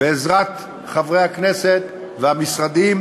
בעזרת חברי הכנסת והמשרדים,